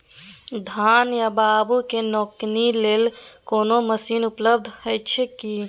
धान या बाबू के निकौनी लेल कोनो मसीन उपलब्ध अछि की?